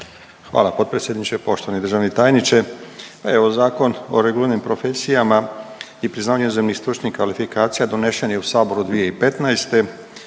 Hvala potpredsjedniče. Poštovani državni tajniče, pa evo Zakon o reguliranim profesijama i priznavanju inozemnih stručnih kvalifikacija donešen je u Saboru 2015.,